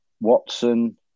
Watson